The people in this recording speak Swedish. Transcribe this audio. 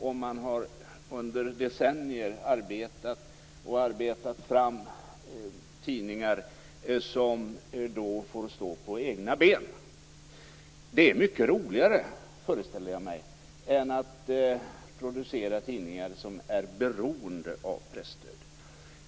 Det går inte att låta bli att göra det efter att under decennier ha arbetat fram tidningar som får stå på egna ben. Jag föreställer mig att det är mycket roligare än att producera tidningar som är beroende av presstöd.